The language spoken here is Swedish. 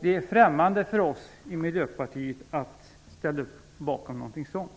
Det är främmande för oss i Miljöpartiet att ställa upp på något sådant.